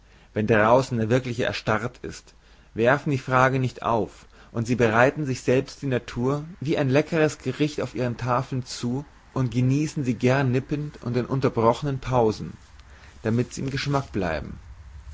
wenn draußen der wirkliche erstarret ist werfen die frage nicht auf und sie bereiten sich selbst die natur wie ein leckeres gericht auf ihren tafeln zu und genießen sie gern nippend und in unterbrochenen pausen damit sie im geschmack bleiben